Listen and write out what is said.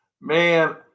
man